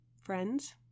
Friends